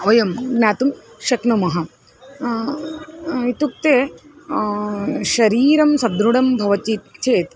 वयं ज्ञातुं शक्नुमः इत्युक्ते शरीरं सुदृढं भवति चेत्